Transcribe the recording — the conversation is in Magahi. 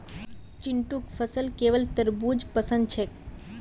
चिंटूक फलत केवल तरबू ज पसंद छेक